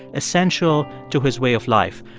essential to his way of life.